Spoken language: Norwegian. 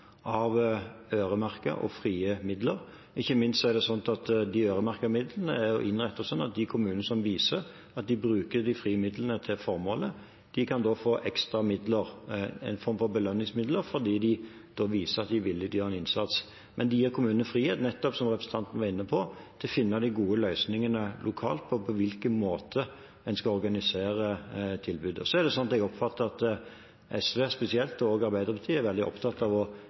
av øremerkede og frie midler. Ikke minst er de øremerkede midlene innrettet slik at de kommunene som viser at de bruker de frie midlene til formålet, kan få ekstra midler, en form for belønningsmidler, fordi de da viser at de er villig til å gjøre en innsats. Men det gir kommunene frihet, nettopp som representanten var inne på, til å finne de gode løsningene lokalt på hvordan en skal organisere tilbudet. Så oppfatter jeg at SV spesielt, og også Arbeiderpartiet, er veldig opptatt av å